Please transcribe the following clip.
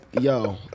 Yo